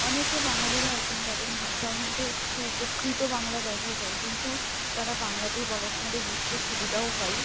অনেকে বাঙালিরা আছেন যাদের ভাষার মধ্যে একটু উপকৃত বাংলা দেখা যায় কিন্তু তারা বাংলাতেই বলেন আমাদের বুঝতে সুবিধাও হয়